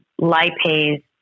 lipase